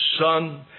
Son